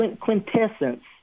quintessence